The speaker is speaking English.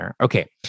Okay